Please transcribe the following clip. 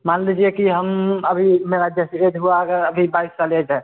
मान लीजिए कि हम अभी मेरा जैसे एक्सीडेंट हुआ है अगर अभी बाईस साल ऐज है